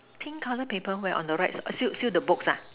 pink color paper where on the right still still the books ah